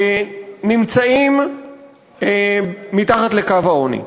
נמצאים מתחת לקו העוני.